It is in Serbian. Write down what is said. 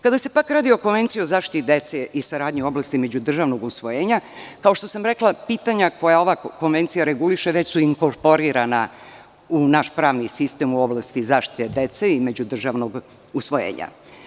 Kada se radi o Konvenciji o zaštiti dece i saradnje u oblasti međudržavnog usvojenja, kao što sam rekla pitanja koja reguliše ova konvencija već su inkorporirana u naš pravni sistem u oblasti zaštite dece i međudržavnog usvojenja.